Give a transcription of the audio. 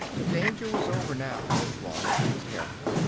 the danger was over now, as long as he was careful.